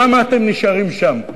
למה אתם נשארים שם?